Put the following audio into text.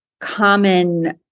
common